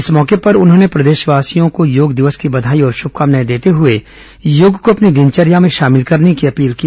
इस अवसर पर उन्होंने प्रदेशवासियों को योग दिवस की बधाई और श्रभकामनाएं देते हुए योग को अपनी दिनचर्या में शामिल करने की अपील की